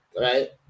right